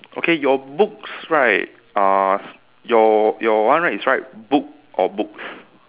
okay your books right uh your your one right is write book or books